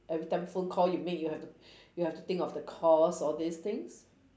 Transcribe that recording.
every time phone call you make you have to you have to think of the costs all these things